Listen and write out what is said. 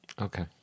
Okay